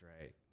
right